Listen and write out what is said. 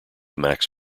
max